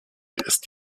ist